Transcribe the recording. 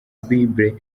bible